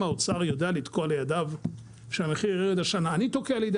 האוצר יודע לתקוע לידיו שהמחיר ירד השנה.